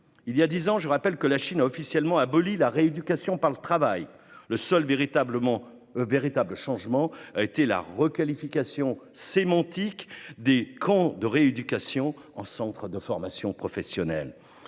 Il y a dix ans, quand la Chine a officiellement aboli la rééducation par le travail, le seul véritable changement a été la requalification sémantique des « camps de rééducation » en « centres de formation professionnelle